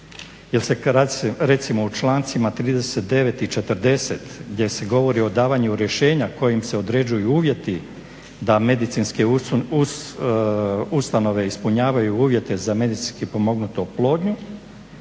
jer se recimo u člancima 39. i 40. gdje se govori o davanju rješenja kojim se određuju uvjeti da medicinske ustanove ispunjavaju uvjete za medicinski pomognutu oplodnju,